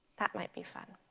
that might be fun.